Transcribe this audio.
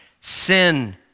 Sin